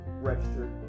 registered